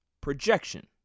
projection